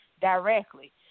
directly